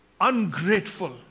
ungrateful